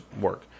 work